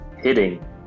hitting